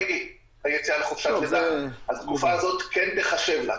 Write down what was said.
היציאה לחופשת לידה התקופה הזאת כן תיחשב לה.